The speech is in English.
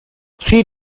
three